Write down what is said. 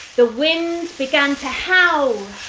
the wind began to howl.